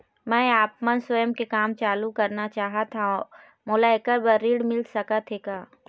मैं आपमन स्वयं के काम चालू करना चाहत हाव, मोला ऐकर बर ऋण मिल सकत हे का?